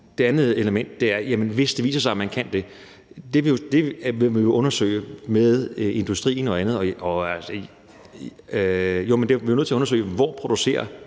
Det andet element er: Hvad så, hvis det viser sig, at man kan det? Det må vi jo undersøge sammen med industrien og andre. Vi er nødt til at undersøge, hvor man producerer